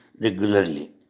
regularly